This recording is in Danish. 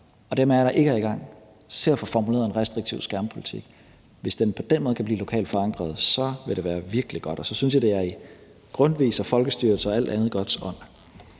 af jer, der ikke er i gang, se at få formuleret en restriktiv skærmpolitik. Hvis den på den måde kan blive lokalt forankret, vil det være virkelig godt, og så synes jeg, det er i Grundtvigs og folkestyrets og alt andet godts ånd.